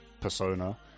persona